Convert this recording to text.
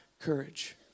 courage